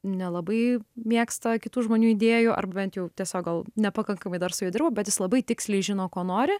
nelabai mėgsta kitų žmonių idėjų ar bent jau tiesiog gal nepakankamai dar su juo dirbau bet jis labai tiksliai žino ko nori